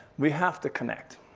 we have to connect,